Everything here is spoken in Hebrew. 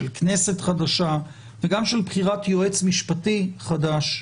של כנסת חדשה וגם של בחירת יועץ משפטי חדש,